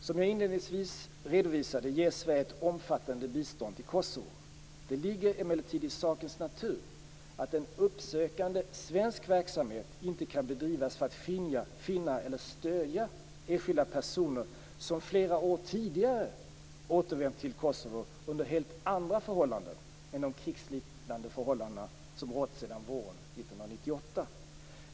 Som jag inledningsvis redovisade ger Sverige ett omfattande bistånd till Kosovo. Det ligger emellertid i sakens natur att en uppsökande svensk verksamhet inte kan bedrivas för att finna eller stödja enskilda personer som flera år tidigare återvänt till Kosovo under helt andra förhållanden än de krigsliknande förhållanden som rått sedan våren 1998.